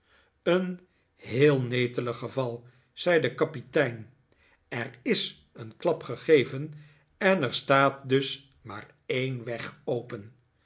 een heel netelig geval zei de kapitein er is een klap gegeven en er staat dus maar een weg open